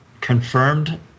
confirmed